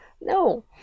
No